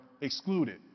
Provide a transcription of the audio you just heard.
excluded